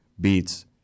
beats